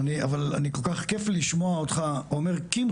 שלום לכולכם, כל החברים